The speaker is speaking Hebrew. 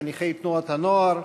חניכי תנועות הנוער,